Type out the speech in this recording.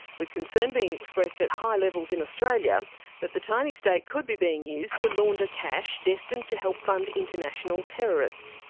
with concern being expressed at high levels in australia that the tiny state could be being used to launder cash, destined to help fund international terrorists.